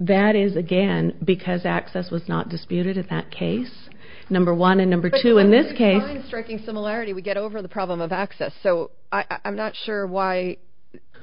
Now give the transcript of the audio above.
that is again because access was not disputed at that case number one and number two in this case a striking similarity would get over the problem of access so i'm not sure why